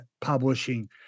publishing